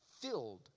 filled